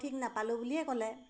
ঠিক নাপালোঁ বুলিয়ে ক'লে